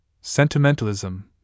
sentimentalism